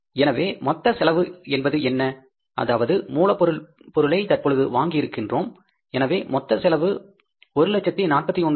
எனவே மொத்த செலவு என்பது என்ன அதாவது மூலப் பொருளை தற்பொழுது வாங்கி இருக்கின்றோம் எனவே மொத்த செலவு 141440 சரியா